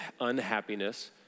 unhappiness